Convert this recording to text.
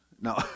No